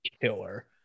killer